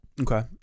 Okay